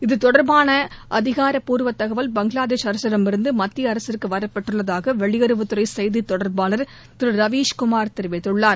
இத்தொடர்பான அதிகாரப்பூர்வ தகவல் பங்களாதேஷ் அரசிடமிருந்து மத்திய அரசிற்கு வரப்பெற்றுள்ளதாக வெளியுறவுத் துறை செய்தித்தொடர்பாளர் திரு ரவீஷ்குமார் தெரிவித்துள்ளார்